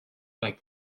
like